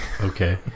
Okay